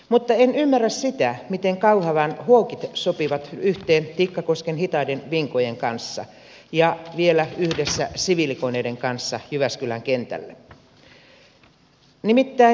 mutta en ymmärrä sitä miten kauhavan hawkit sopivat yhteen tikkakosken hitaiden vinkojen kanssa ja vielä yhdessä siviilikoneiden kanssa jyväskylän kentälle